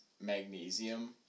magnesium